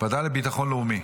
ועדה לביטחון לאומי.